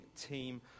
team